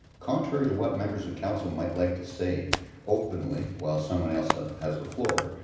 contrary to what members of council might like to say openly while someone else ah has ah floor,